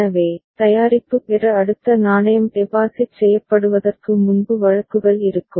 எனவே தயாரிப்பு பெற அடுத்த நாணயம் டெபாசிட் செய்யப்படுவதற்கு முன்பு வழக்குகள் இருக்கும்